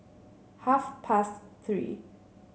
half past Three